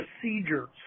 procedures